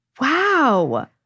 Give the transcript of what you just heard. Wow